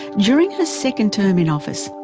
during her second term in office,